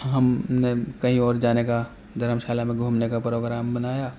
ہم نے کہیں اور جانے کا دھرم شالہ میں گھومنے کا پروگرام بنایا